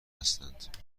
هستند